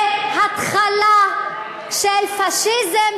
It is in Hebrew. זה התחלה של פאשיזם,